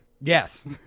Yes